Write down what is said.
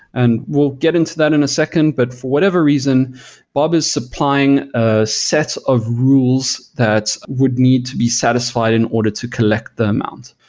and we'll get into that for a second, but for whatever reason bob is supplying a set of rules that would need to be satisfied in order to collect them out.